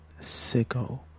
sicko